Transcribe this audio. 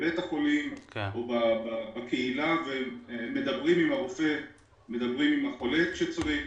בבית החולים או בקהילה, ומדברים עם החולה כשצריך.